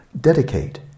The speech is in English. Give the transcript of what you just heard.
Dedicate